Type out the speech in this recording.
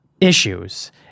issues